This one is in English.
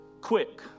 quick